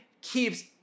keeps